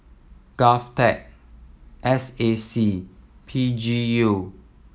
GovTech S A C P G U